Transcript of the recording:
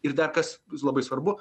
ir dar kas bus labai svarbu